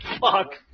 Fuck